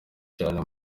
cyane